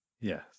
Yes